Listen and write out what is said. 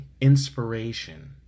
inspiration